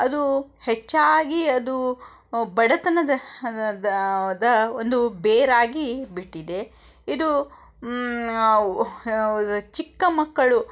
ಅದು ಹೆಚ್ಚಾಗಿ ಅದು ಬಡತನದ ಒಂದು ಬೇರಾಗಿಬಿಟ್ಟಿದೆ ಇದು ಚಿಕ್ಕಮಕ್ಕಳು